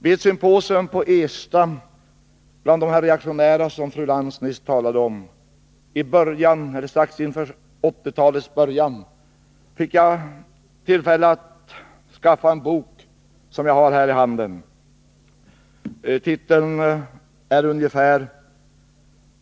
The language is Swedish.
Vid ett symposium på Ersta anordnat av de reaktionära som fru Lantz nyss talade om, vilket hölls just inför 1980-talets början, fick jag tillfälle att skaffa en bok som jag har här i min hand. Titeln säger ungefär följande: